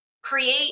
create